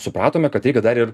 supratome kad reikia dar ir